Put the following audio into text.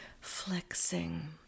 flexing